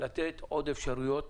לתת עוד אפשרויות